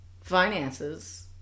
finances